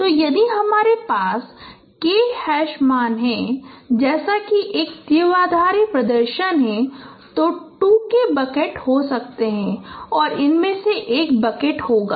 तो यदि हमारे पास k हैश मान है जैसे कि यह एक द्विआधारी प्रदर्शन है तो 2𝐾 बकेट हो सकते है और वह इनमें से एक बकेट होगा